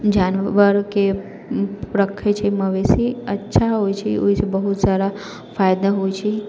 जानवरके रखै छै मवेशी अच्छा होइ छै ओयसँ बहुत सारा फायदा होइ छै